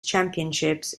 championships